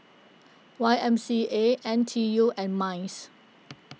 Y M C A N T U and Minds